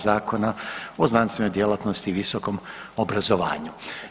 Zakona o znanstvenoj djelatnosti i visokom obrazovanju.